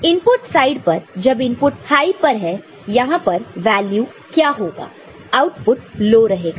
तो input side पर जब इनपुट लॉजिक हाई पर है यहां पर वैल्यू क्या होगा आउटपुट लो रहेगा